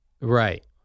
Right